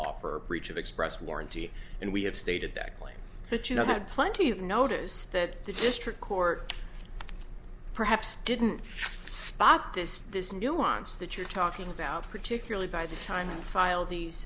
for breach of express warranty and we have stated that claim but you know that plenty of notice that the district court perhaps didn't spot this this nuance that you're talking about particularly by the time to file these